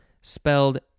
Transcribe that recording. spelled